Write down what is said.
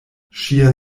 ŝia